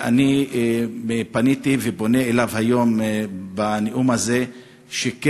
ואני פניתי ופונה אליו היום בנאום הזה כן